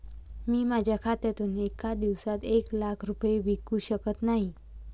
मी माझ्या खात्यातून एका दिवसात एक लाख रुपये विकू शकत नाही